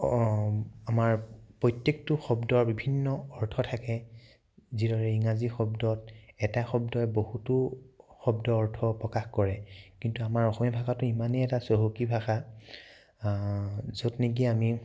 আমাৰ প্ৰত্যেকটো শব্দৰ বিভিন্ন অৰ্থ থাকে যিদৰে ইংৰাজী শব্দত এটা শব্দই বহুতো শব্দৰ অৰ্থ প্ৰকাশ কৰে কিন্তু আমাৰ অসমীয়া ভাষাটো ইমানেই এটা চহকী ভাষা য'ত নেকি আমি